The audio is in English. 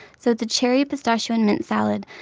so it's a cherry, pistachio and mint salad.